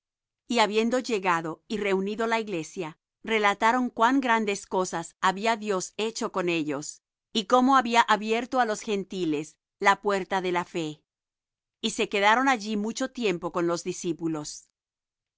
y habiendo llegado y reunido la iglesia relataron cuán grandes cosas había dios hecho con ellos y cómo había abierto á los gentiles la puerta de la fe y se quedaron allí mucho tiempo con los discípulos